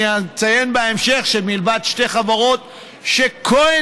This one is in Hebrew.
אני אציין בהמשך שזה מלבד שתי חברות שכן